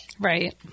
Right